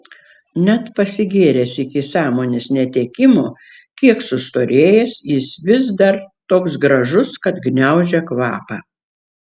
net pasigėręs iki sąmonės netekimo kiek sustorėjęs jis vis dar toks gražus kad gniaužia kvapą